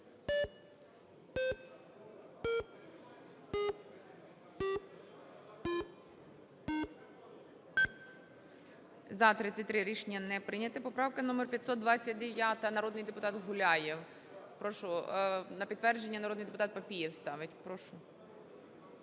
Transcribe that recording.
За-33 Рішення не прийняте. Поправка номер 529. Народний депутат Гуляєв. Прошу, на підтвердження народний депутатПапієв ставить. Прошу.